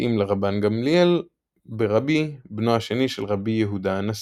המתאים לרבן גמליאל ברבי בנו השני של רבי יהודה הנשיא.